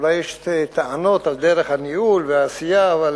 אולי יש טענות על דרך הניהול והעשייה אבל